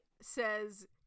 Says